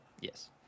yes